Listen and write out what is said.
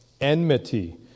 enmity